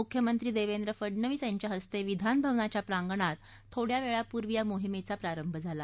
मुख्यमंत्री देवेंद्र फडनवीस यांच्या हस्ते विधानभवनाच्या प्रांगणात थोड्या वेळापूर्वी या मोहिमेचा प्रारंभ झाला